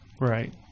Right